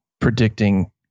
predicting